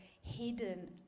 hidden